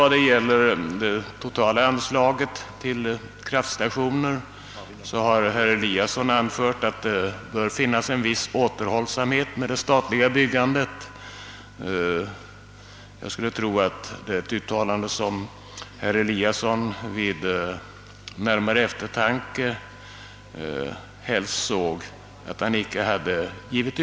Vad gäller det totala anslaget till kraftstationer anförde herr Eliasson i Sundborn att det bör vara en viss återhållsamhet med det statliga byggandet. Jag skulle tro att detta är ett uttalande som herr Eliasson vid närmare eftertanke helst såge att han inte gjort.